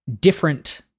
different